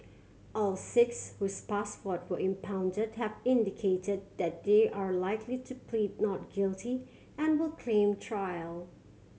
all six whose passport were impounded have indicated that they are likely to plead not guilty and will claim trial